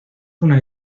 una